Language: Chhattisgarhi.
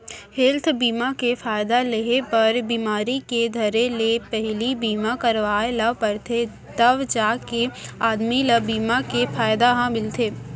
हेल्थ बीमा के फायदा लेहे बर बिमारी के धरे ले पहिली बीमा करवाय ल परथे तव जाके आदमी ल बीमा के फायदा ह मिलथे